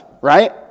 right